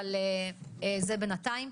אבל זה בינתיים.